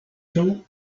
two